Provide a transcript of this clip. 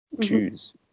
choose